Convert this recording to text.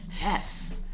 Yes